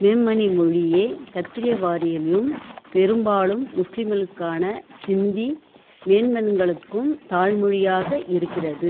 மேமனி மொழியே கத்தியவாரிலும் பெரும்பாலும் முஸ்லீம்களுக்கான சிந்தி மேன்மன்களுக்கும் தாய்மொழியாக இருக்கிறது